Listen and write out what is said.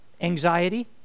anxiety